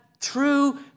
true